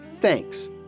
Thanks